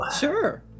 Sure